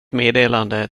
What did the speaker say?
meddelande